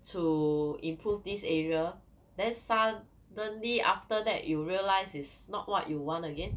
to improve this area then suddenly after that you realise is not what you want again